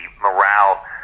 morale